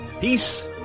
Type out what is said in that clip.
Peace